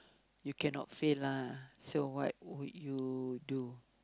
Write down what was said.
you cannot fail lah so what would you do